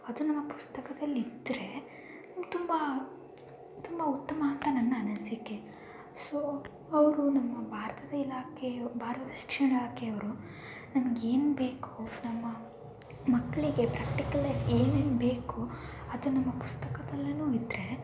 ಅದು ನಮ್ಮ ಪುಸ್ತಕದಲ್ಲಿ ಇದ್ದರೆ ತುಂಬ ತುಂಬ ಉತ್ತಮ ಅಂತ ನನ್ನ ಅನಿಸಿಕೆ ಸೊ ಅವರು ನಮ್ಮ ಭಾರತದ ಇಲಾಖೆ ಭಾರತದ ಶಿಕ್ಷಣ ಇಲಾಖೆಯವರು ನಮ್ಗೇನು ಬೇಕು ನಮ್ಮ ಮಕ್ಕಳಿಗೆ ಪ್ರಾಕ್ಟಿಕಲ್ ಲೈಫ್ ಏನೇನು ಬೇಕು ಅದು ನಮ್ಮ ಪುಸ್ತಕದಲ್ಲಿಯೂ ಇದ್ದರೆ